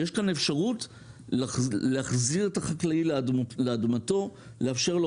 יש כאן אפשרות להחזיר את החקלאי לאדמתו; לאפשר לו